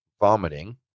vomiting